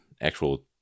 actual